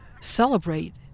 celebrate